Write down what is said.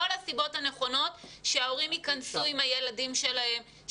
כל הסיבות הנכונות שההורים ייכנסו עם הילדים שלהם,